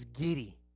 giddy